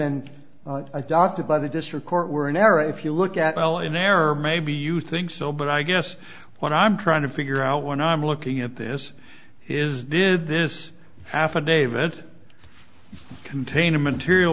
and adopted by the district court were in error if you look at all in error maybe you think so but i guess what i'm trying to figure out when i'm looking at this is did this affidavit contain a material